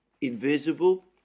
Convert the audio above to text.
invisible